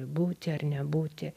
būti ar nebūti